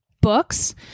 books